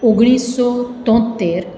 ઓગણીસસો તોંતેર